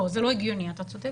לא, זה לא הגיוני אתה צודק.